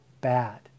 bad